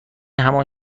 همان